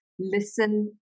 listen